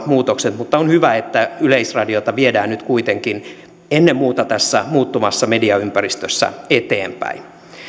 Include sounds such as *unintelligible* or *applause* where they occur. *unintelligible* muutokset mutta on hyvä että yleisradiota viedään nyt kuitenkin ennen muuta tässä muuttuvassa mediaympäristössä eteenpäin